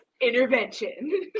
Intervention